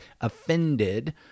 offended